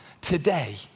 today